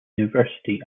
university